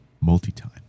multi-time